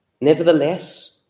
Nevertheless